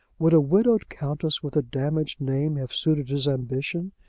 would a widowed countess with a damaged name have suited his ambition,